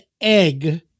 egg